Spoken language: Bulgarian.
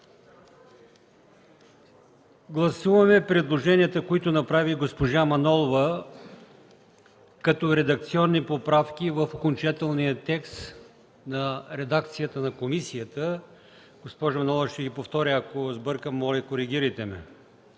Гласуваме предложенията, които направи госпожа Манолова като редакционни поправки в окончателния текст на редакцията на комисията. Госпожо Манолова, ще ги повторя. Ако сбъркам, моля Ви, коригирайте ме.